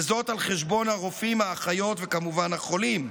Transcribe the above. וזאת על חשבון הרופאים, האחיות וכמובן, החולים.